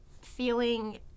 feeling